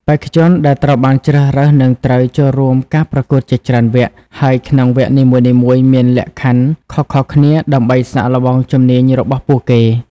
បេក្ខជនដែលត្រូវបានជ្រើសរើសនឹងត្រូវចូលរួមការប្រកួតជាច្រើនវគ្គ ហើយក្នុងវគ្គនីមួយៗមានលក្ខខណ្ឌខុសៗគ្នាដើម្បីសាកល្បងជំនាញរបស់ពួកគេ។